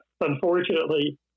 unfortunately